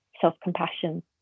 self-compassion